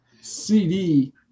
CD